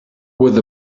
with